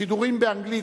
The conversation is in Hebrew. שידורים באנגלית,